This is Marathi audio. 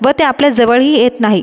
व ते आपल्याजवळही येत नाही